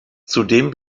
zudem